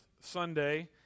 Sunday